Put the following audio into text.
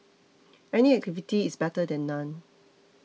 any activity is better than none